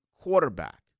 quarterback